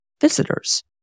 visitors